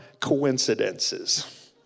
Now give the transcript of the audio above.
coincidences